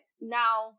Now